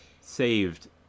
saved